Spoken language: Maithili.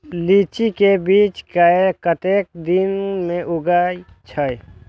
लीची के बीज कै कतेक दिन में उगे छल?